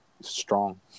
strong